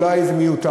אולי זה מיותר,